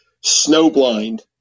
snow-blind